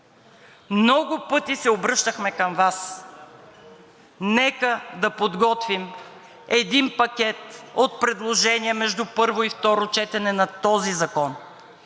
Много пъти се обръщахме към Вас – нека да подготвим един пакет от предложения между първо и второ четене на този закон,